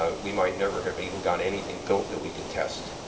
um we might never have even gotten anything built that we could test.